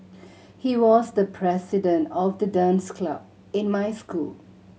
he was the president of the dance club in my school